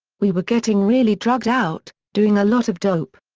we were getting really drugged out, doing a lot of dope.